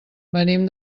venim